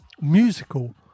musical